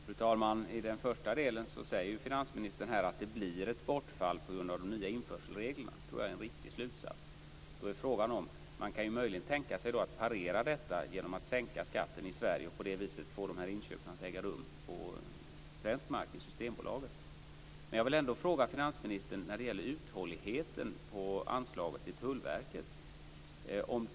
Fru talman! I den första delen säger finansministern att det blir ett bortfall på grund av de nya införselreglerna. Jag tror att det är en riktig slutsats. Man kan då möjligen tänka sig att parera detta genom att sänka skatten i Sverige och på det viset få de här inköpen att äga rum på svensk mark, i Systembolaget. Jag vill ändå fråga finansministern om uthålligheten på anslaget till Tullverket.